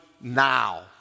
now